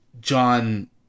John